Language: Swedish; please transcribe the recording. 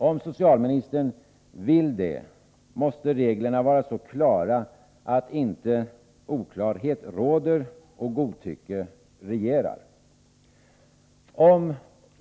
Om socialministern vill det senare, måste reglerna vara sådana att inte oklarhet råder och godtycke regerar.